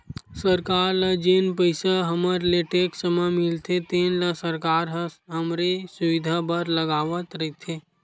सरकार ल जेन पइसा हमर ले टेक्स म मिलथे तेन ल सरकार ह हमरे सुबिधा बर लगावत रइथे